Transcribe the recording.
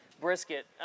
brisket